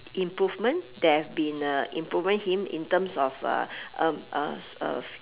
improvement there have been uh improving him in terms of uh um uh uh